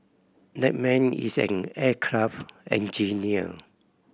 that man is an aircraft engineer